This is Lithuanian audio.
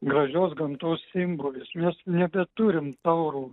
gražios gamtos simbolis mes nebeturim taurų